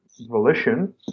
volition